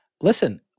listen